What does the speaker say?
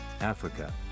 Africa